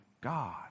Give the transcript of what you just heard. God